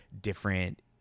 different